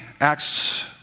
Acts